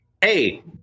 hey